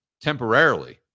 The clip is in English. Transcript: temporarily